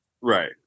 Right